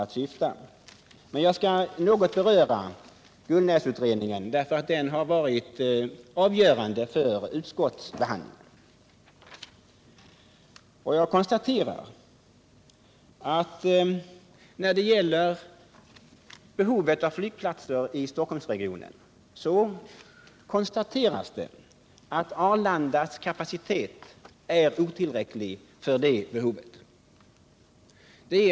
Jag skall emellertid först beröra Gullnäsutredningen, eftersom den har varit avgörande för utskottsbehandlingen. Det konstateras i utredningen att Arlandas kapacitet är otillräcklig för att tillgodose behovet av flygplatser i Stockholmsregionen.